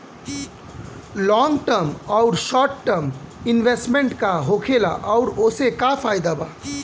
Long term आउर short term investment का होखेला और ओसे का फायदा बा?